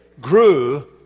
grew